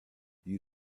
you